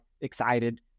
excited